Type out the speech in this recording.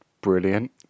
Brilliant